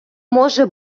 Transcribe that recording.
може